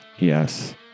Yes